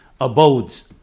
abodes